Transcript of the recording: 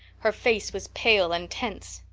her face was pale and tense.